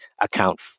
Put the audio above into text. account